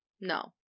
No